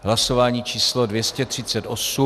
Hlasování číslo 238.